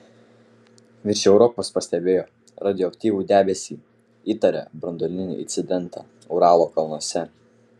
virš europos pastebėjo radioaktyvų debesį įtaria branduolinį incidentą uralo kalnuose